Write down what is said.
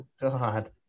God